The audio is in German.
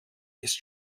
ist